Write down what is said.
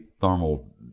thermal